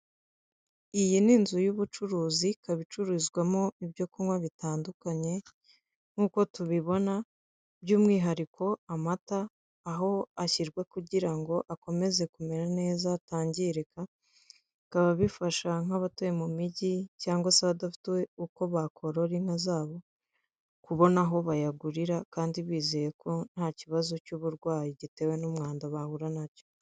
Iyi ni inzu y'ubucuruzi ikaba icuruzwamo ibyo kunywa bitandukanye, nk'uko tubibona by'umwihariko amata aho ashyirwa kugira ngo akomeze kumera neza atangirika, bikababifasha nk'abatuye mu mijyi cyangwa se abadafite uko bakorora inka zabo kubona aho bayagurira kandi bizeye ko nta kibazo cy'uburwayi gitewe n'umwanda bahura nacyo.